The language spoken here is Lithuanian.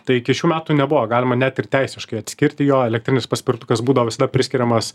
tai iki šių metų nebuvo galima net ir teisiškai atskirti jo elektrinis paspirtukas būdavo visada priskiriamas